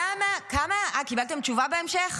למה ------ כמה, אה, קיבלתם תשובה בהמשך?